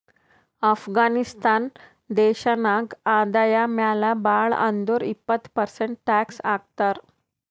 ಅಫ್ಘಾನಿಸ್ತಾನ್ ದೇಶ ನಾಗ್ ಆದಾಯ ಮ್ಯಾಲ ಭಾಳ್ ಅಂದುರ್ ಇಪ್ಪತ್ ಪರ್ಸೆಂಟ್ ಟ್ಯಾಕ್ಸ್ ಹಾಕ್ತರ್